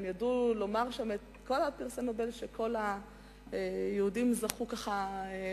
הם ידעו לומר את כל פרסי הנובל שהיהודים זכו בהם,